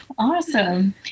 Awesome